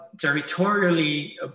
Territorially